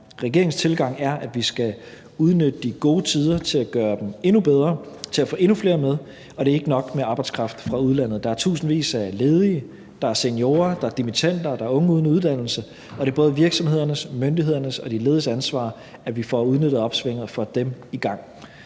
Regeringens tilgang er, at vi skal udnytte de gode tider til at gøre dem endnu bedre, til at få endnu flere med, og det er ikke nok med arbejdskraft fra udlandet. Der er tusindvis af ledige. Der er seniorer, der er dimittender, der er unge uden uddannelse, og det er både virksomhedernes, myndighedernes og de lediges ansvar, at vi får udnyttet opsvinget og får dem i gang.